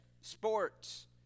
sports